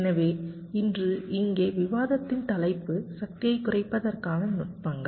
எனவே இன்று இங்கே விவாதத்தின் தலைப்பு சக்தியைக் குறைப்பதற்கான நுட்பங்கள்